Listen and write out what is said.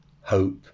hope